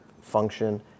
function